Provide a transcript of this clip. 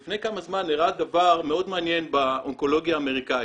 לפני כמה זמן אירע דבר מאוד מעניין באונקולוגיה האמריקאית.